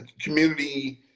community